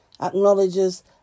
acknowledges